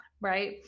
Right